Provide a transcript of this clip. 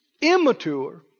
immature